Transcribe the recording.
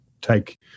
take